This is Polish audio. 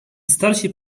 starsi